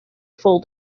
full